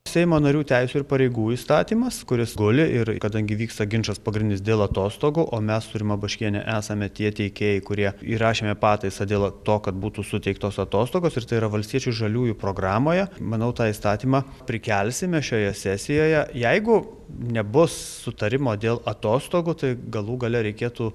seimo narių teisių ir pareigų įstatymas kuris guli ir kadangi vyksta ginčas pagrindinis dėl atostogų o mes su rima baškiene esame tie teikėjai kurie įrašėme pataisą dėl to kad būtų suteiktos atostogos ir tai yra valstiečių žaliųjų programoje manau tą įstatymą prikelsime šioje sesijoje jeigu nebus sutarimo dėl atostogų tai galų gale reikėtų